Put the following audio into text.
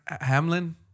Hamlin